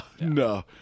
no